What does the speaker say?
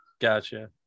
Gotcha